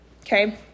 okay